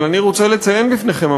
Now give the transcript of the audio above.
אבל אני רוצה לציין בפניכם,